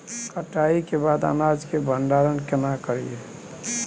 कटाई के बाद अनाज के भंडारण केना करियै?